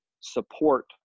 support